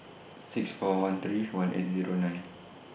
six four one three one eight Zero nine